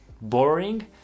boring